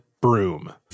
broom